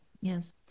Yes